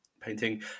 painting